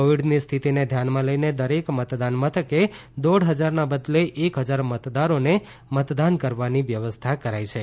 કોવીડની સ્થિતિને ધ્યાનમાં લઇને દરેક મતદાન મથકે દોઢ હજારના બદલે એક ફજાર મતદારોને મતદાન કરવાની વ્યવસ્થા કરાઇ છે